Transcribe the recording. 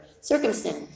circumstance